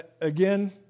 again